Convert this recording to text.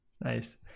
Nice